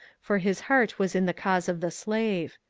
for his heart was in the cause of the slave.